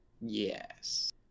Yes